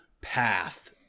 path